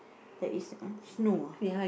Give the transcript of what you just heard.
that is !huh! snow ah